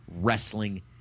wrestling